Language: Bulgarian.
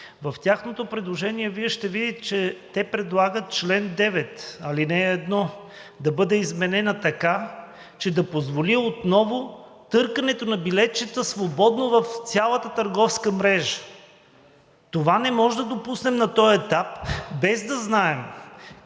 в тяхното предложение Вие ще видите, че те предлагат чл. 9, ал. 1 да бъде изменена така, че да позволи отново търкането на билетчета свободно в цялата търговска мрежа. Това не можем да допуснем на този етап, без да знаем